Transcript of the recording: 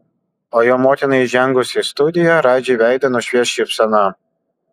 o jo motinai įžengus į studiją radži veidą nušvies šypsena